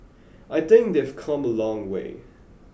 I think they've come a long way